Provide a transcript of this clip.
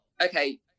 okay